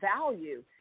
value